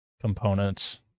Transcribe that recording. components